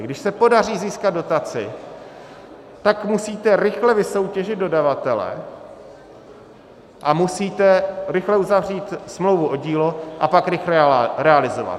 Když se podaří získat dotaci, tak musíte rychle vysoutěžit dodavatele a musíte rychle uzavřít smlouvu o dílo a pak rychle realizovat.